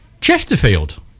Chesterfield